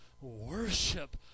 worship